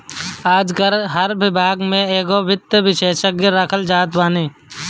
आजकाल हर विभाग में एगो वित्त विशेषज्ञ रखल जात बाने